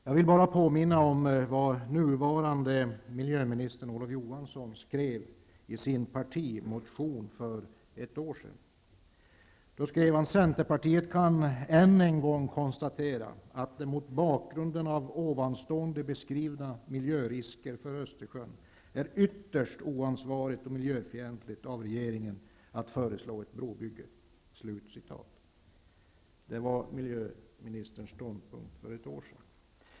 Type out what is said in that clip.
Jag vill bara påminna om vad nuvarande miljöministern Olof Johansson skrev i sin partimotion för ett år sedan: ''Centern kan än en gång konstatera att det, mot bakgrunden av ovanstående beskrivna miljörisker för Östersjön, är ytterst oansvarigt och miljöfientligt av regeringen att föreslå ett brobygge.'' Det var miljöministerns ståndpunkt för ett år sedan.